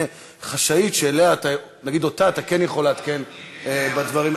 חשאית שאותה אתה כן יכול לעדכן בדברים?